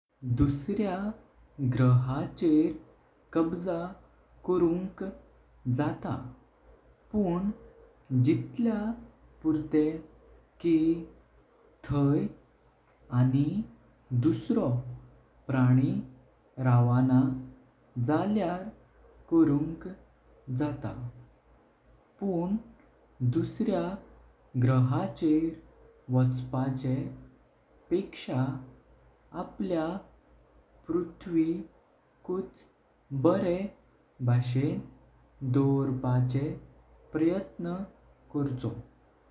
दूसऱ्या गृहाचेर कब्जा करुंक जाता पण जितल्या पुरतेह की तय। आनि दुसरो प्राणी रवना जाल्यर करुंक जाता। पण दुसऱ्या गृहाचेर वुचपाचे पेक्षा अपल्या पृथ्वी काही बरे बाशेण दोरपाचे प्रयत्न कोरचो।